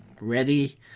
ready